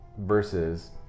Versus